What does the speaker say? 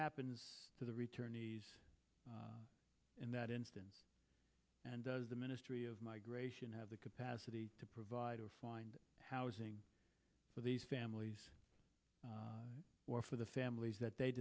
happens to the return in that instance and does the ministry of migration have the capacity to provide or find housing for these families or for the families that they